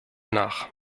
nach